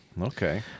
okay